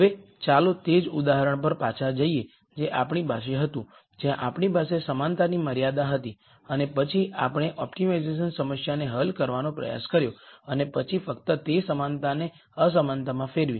હવે ચાલો તે જ ઉદાહરણ પર પાછા જઈએ જે આપણી પાસે હતું જ્યાં આપણી પાસે સમાનતાની મર્યાદા હતી અને પછી આપણે ઓપ્ટિમાઇઝેશન સમસ્યાને હલ કરવાનો પ્રયાસ કર્યો અને પછી ફક્ત તે સમાનતાને અસમાનતામાં ફેરવી